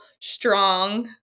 strong